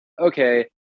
Okay